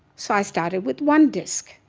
so i started with one disc.